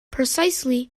precisely